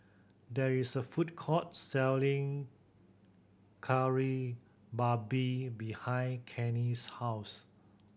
there is a food court selling Kari Babi behind Kenny's house